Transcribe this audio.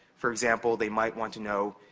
for example, they might want to know,